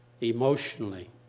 emotionally